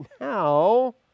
now